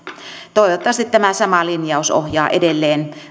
toivottavasti tämä sama linjaus ohjaa edelleen